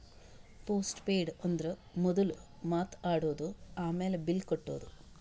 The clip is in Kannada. ಪೋಸ್ಟ್ ಪೇಯ್ಡ್ ಅಂದುರ್ ಮೊದುಲ್ ಮಾತ್ ಆಡದು, ಆಮ್ಯಾಲ್ ಬಿಲ್ ಕಟ್ಟದು